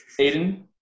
Aiden